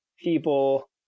people